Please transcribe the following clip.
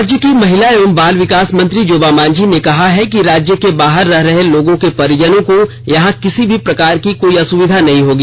राज्य की महिला एवं बाल विकास मंत्री जोबा मांझी ने कहा है कि राज्य के बाहर रह रहे लोगों के परिजनों को यहां किसी भी प्रकार की कोई असुविधा नहीं होगी